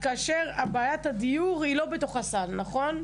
כאשר בעיית הדיור היא לא בתוך הסל נכון?